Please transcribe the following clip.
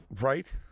right